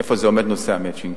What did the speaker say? איפה עומד נושא ה"מצ'ינג".